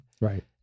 right